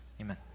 Amen